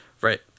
Right